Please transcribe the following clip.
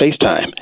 FaceTime